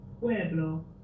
pueblo